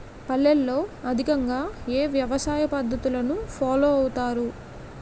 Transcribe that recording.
పల్లెల్లో అధికంగా ఏ వ్యవసాయ పద్ధతులను ఫాలో అవతారు?